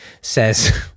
says